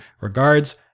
Regards